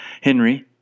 Henry